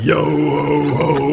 Yo-ho-ho